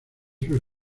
sus